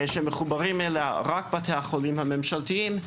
שמחוברים אליה רק בתי החולים הממשלתיים,